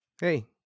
Hey